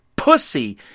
pussy